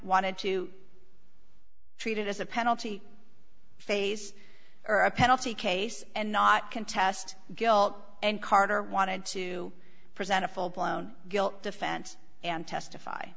wanted to treat it as a penalty phase or a penalty case and not contest guilt and carter wanted to present a full blown guilt defense and testify